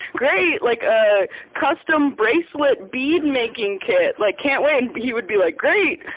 great, like a custom bracelet bead-making kit. like can't wait. and he would be like, great,